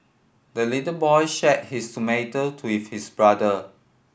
the little boy shared his tomato to with his brother